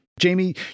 Jamie